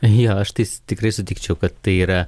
jie aš tai tikrai sutikčiau kad tai yra